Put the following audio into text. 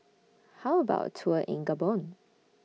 How about A Tour in Gabon